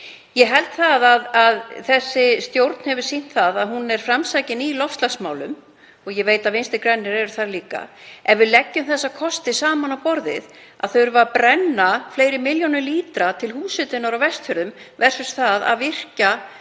Ég held að þessi stjórn hafi sýnt að hún er framsækin í loftslagsmálum og ég veit að Vinstri grænir eru það líka. Ef við leggjum þessa kosti saman á borðið, að þurfa að brenna fleiri milljónum lítra til húshitunar á Vestfjörðum versus 20 MW virkjun